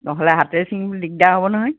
নহ'লে হাতেৰে ছিঙিবলৈ দিগদাৰ হ'ব নহয়